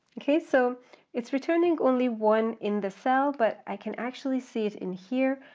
okay, so it's returning only one in the cell but i can actually see it in here,